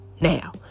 now